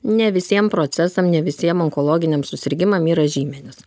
ne visiem procesam ne visiem onkologiniam susirgimam yra žymenys